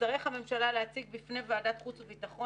תצטרך הממשלה להציג בפני ועדת החוץ והביטחון